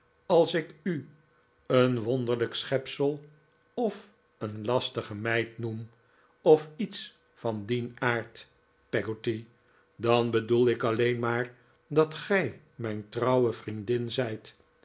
als ik u een wonderlijk schepsel of een lastige meid noem of iets van dien aard peggotty dan bedoel ik alleen maar dat gij mijn trouwe vriendin zijt